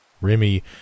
Remy